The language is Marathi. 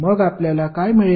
मग आपल्याला काय मिळेल